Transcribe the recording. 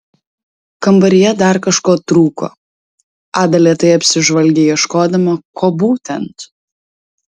kambaryje dar kažko trūko ada lėtai apsižvalgė ieškodama ko būtent